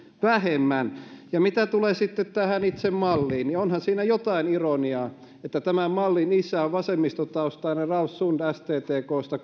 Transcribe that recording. vähemmän mitä tulee sitten tähän itse malliin niin onhan siinä jotain ironiaa kun kuuntelee täällä vasemmisto oppositiota että tämän mallin isä on vasemmistotaustainen ralf sund sttksta